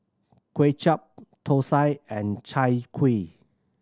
Kway Chap thosai and Chai Kuih